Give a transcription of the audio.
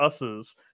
Uses